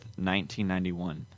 1991